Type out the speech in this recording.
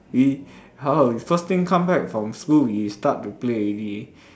we 还好 we first thing come back from school we start to play already eh